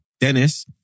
Dennis